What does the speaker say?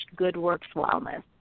goodworkswellness